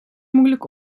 moeilijk